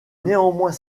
néanmoins